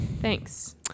thanks